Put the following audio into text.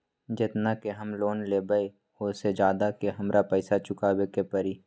जेतना के हम लोन लेबई ओ से ज्यादा के हमरा पैसा चुकाबे के परी?